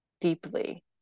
deeply